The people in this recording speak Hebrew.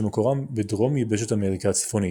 שמקורם בדרום יבשת אמריקה הצפונית,